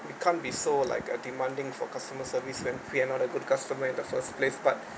you can't be so like uh demanding for customer service when we are not a good customer in the first place but